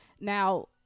now